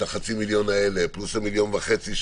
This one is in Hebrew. החצי מיליון האלה פלוס המיליון וחצי,